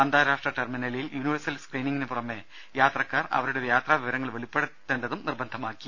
അന്താരാഷ്ട്ര ടെർമിനലിൽ യൂണിവേഴ്സൽ സ്ക്രീനിംഗിന് പുറമേ യാത്രക്കാർ അവരുടെ യാത്രാ വിവരങ്ങൾ വെളിപ്പെടുത്തേണ്ടതും നിർബന്ധമാക്കി